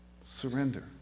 surrender